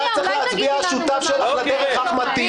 אחריך צריך להצביע השותף שלך לדרך אחמד טיבי.